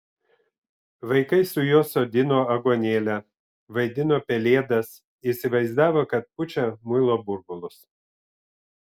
vaikai su juo sodino aguonėlę vaidino pelėdas įsivaizdavo kad pučia muilo burbulus